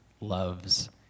loves